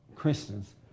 Christians